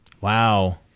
Wow